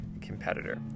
competitor